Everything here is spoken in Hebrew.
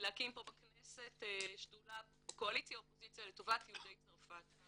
להקים פה בכנסת שדולת קואליציה אופוזיציה לטובת יהודי צרפת.